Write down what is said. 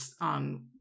on